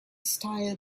style